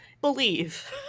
believe